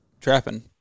trapping